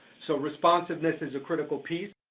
so responsiveness is a critical piece.